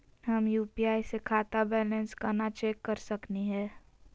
हम यू.पी.आई स खाता बैलेंस कना चेक कर सकनी हे?